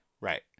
Right